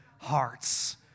hearts